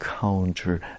counter